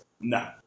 no